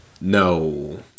No